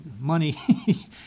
money